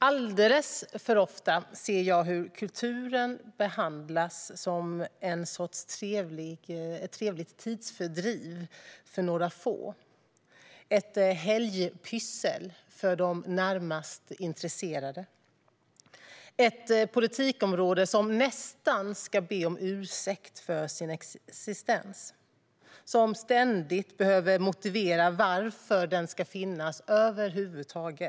Alldeles för ofta ser jag hur kulturen behandlas som en sorts trevligt tidsfördriv för några få, som ett helgpyssel för de närmast intresserade och som ett politikområde som nästan ska be om ursäkt för sin existens och som ständigt behöver motivera varför det ska finnas över huvud taget.